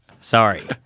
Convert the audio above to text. Sorry